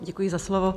Děkuji za slovo.